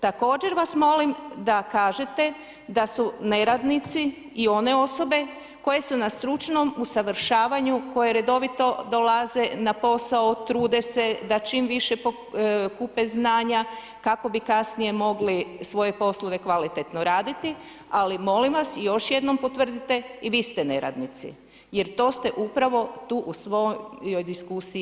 Također vas molim da kažete da su neradnici i one osobe koje su na stručnom usavršavanju, koje redovito dolaze na posao, trude se da čim više pokupe znanja kako bi kasnije mogli svoje poslove kvalitetno raditi, ali molim vas još jednom potvrdite, i vi ste neradnici jer to ste upravo tu u svojoj diskusiji iznijeli.